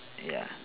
ya